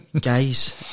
guys